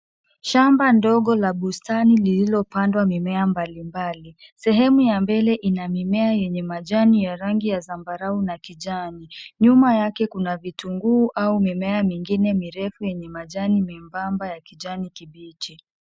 Shamba ndogo la bustani lililopandwa mimea mbalimbali. Sehemu ya mbele ina mimea yenye majani ya rangi ya zambarau na kijani. Nyuma yake kuna vitunguu au mimea mingine mirefu yenye majani membamba ya kijani kibichi.